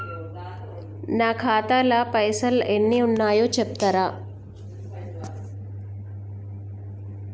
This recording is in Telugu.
నా ఖాతా లా పైసల్ ఎన్ని ఉన్నాయో చెప్తరా?